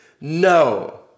no